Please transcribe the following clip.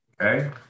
okay